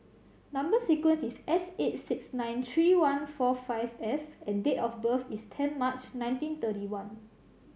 number sequence is S eight six nine three one four five F and date of birth is ten March nineteen thirty one